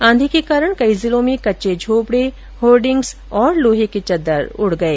आंधी के कारण कई जिलों में कच्चे झौपड़ें होर्डिंग्स और लोहे की चददर उड़ गए